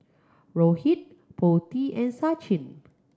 Rohit Potti and Sachin